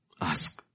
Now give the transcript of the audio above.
Ask